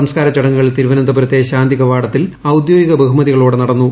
സംസ്കാര ചടങ്ങുകൾ തിരുവനന്തപുരത്തെ ശാന്തി കവാടത്തിൽ ഔദ്യോഗിക ബഹുമതികളോടെ നടന്നു